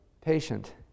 patient